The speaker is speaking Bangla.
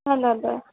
হ্যাঁ দাদা